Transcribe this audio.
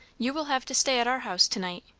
you will have to stay at our house to-night.